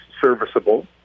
serviceable